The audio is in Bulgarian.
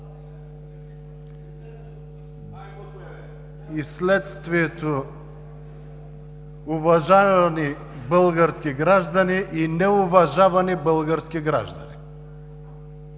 И следствието – уважавани български граждани и неуважавани български граждани.